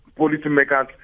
policymakers